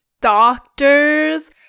doctors